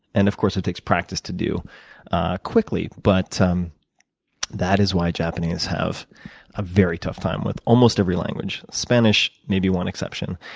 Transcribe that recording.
and of course, it takes practice to do quickly. but um that is why japanese have a very tough time with almost every language. spanish may be one exception.